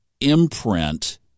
imprint